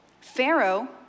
Pharaoh